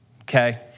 okay